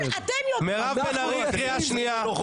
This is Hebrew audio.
מירב בן ארי, קריאה שנייה.